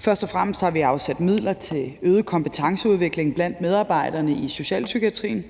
Først og fremmest har vi afsat midler til øget kompetenceudvikling blandt medarbejderne i socialpsykiatrien.